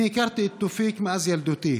אני הכרתי את תאופיק מאז ילדותי.